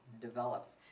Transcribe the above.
develops